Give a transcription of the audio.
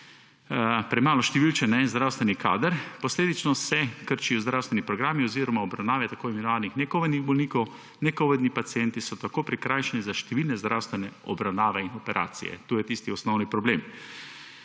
premalo številen zdravstveni kader. Posledično se krčijo zdravstveni programi oziroma obravnave tako imenovanih nekovidnih bolnikov. Nekovidni pacienti so tako prikrajšani za številne zdravstvene obravnave in operacije. To je tisti osnovni problem.